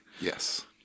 Yes